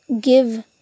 give